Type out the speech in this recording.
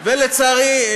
לצערי,